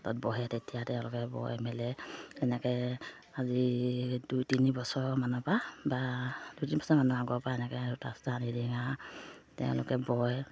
তাত বহে তেতিয়া তেওঁলোকে বয় মেলে এনেকৈ আজি দুই তিনি বছৰ মানৰ পা বা দুই তিনি বছৰ মানৰ আগৰ পৰা এনেকৈ সূতা চূতা আনি দি আৰু তেওঁলোকে বয়